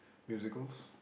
musicals